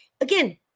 again